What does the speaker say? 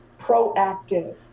proactive